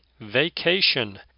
Vacation